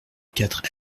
quatre